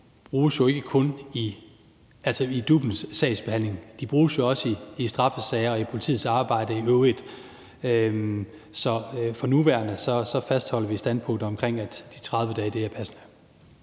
bruges i DUP's sagsbehandling; det bruges jo også i straffesager og i politiets arbejde i øvrigt. Så for nuværende fastholder vi standpunktet omkring, at de 30 dage er passende.